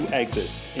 exits